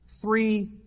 three